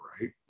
right